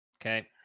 Okay